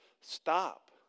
stop